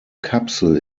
kapsel